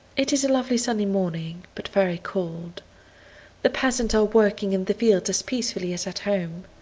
it is a lovely sunny morning, but very cold the peasants are working in the fields as peacefully as at home.